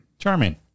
Charming